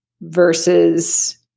versus